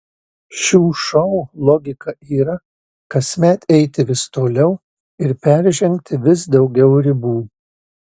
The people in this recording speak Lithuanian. šių šou logika yra kasmet eiti vis toliau ir peržengti vis daugiau ribų